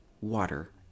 water